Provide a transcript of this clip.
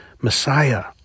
Messiah